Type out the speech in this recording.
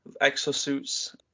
exosuits